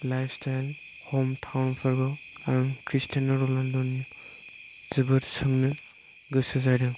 life style हम टावनफोरखौ क्रिस्टियान' रनालद' नि जोबोद सोंनो गोसो जादों